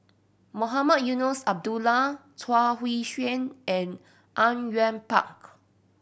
Mohamed Eunos Abdullah Chuang Hui Tsuan and Au Yue Pak